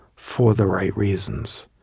for the right reasons,